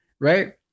right